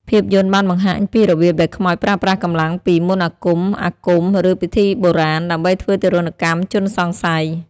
ភាពយន្តបានបង្ហាញពីរបៀបដែលខ្មោចប្រើប្រាស់កម្លាំងពី មន្តអាគម អាគម ឬ ពិធីបុរាណ ដើម្បីធ្វើទារុណកម្មជនសង្ស័យ។